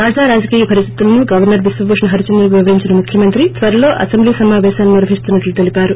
తాజా రాజకీయ పరిస్దితులను గవర్నర్ బిశ్వ భూషణ్ హరిచందన్ కు వివరించిన ముఖ్యమంత్రి త్వరలో అసెంబ్లీ సమాపేశాలను నిర్వహిస్తున్సట్లు తెలిపారు